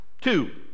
Two